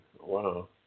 Wow